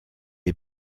est